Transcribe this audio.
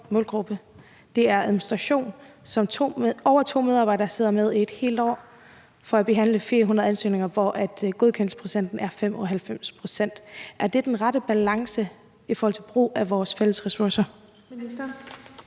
Det er administration, som over to medarbejdere sidder med i et helt år for at behandle 400 ansøgninger, hvor godkendelsesprocenten er 95. Er det den rette balance i forhold til brug af vores fælles ressourcer?